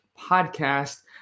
podcast